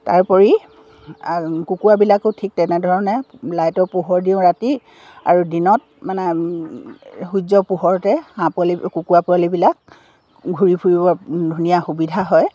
তাৰোপৰি কুকুৰাবিলাকো ঠিক তেনেধৰণে লাইটৰ পোহৰ দিওঁ ৰাতি আৰু দিনত মানে সূৰ্য পোহৰতে হাঁহ পোৱালি কুকুৰা পোৱালিবিলাক ঘূৰি ফুৰিব ধুনীয়া সুবিধা হয়